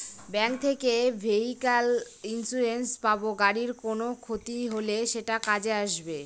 bank থেকে vehicle insurance পাব গাড়ির কোনো ক্ষতি হলে সেটা কাজে আসবে